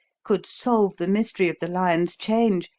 could solve the mystery of the lion's change,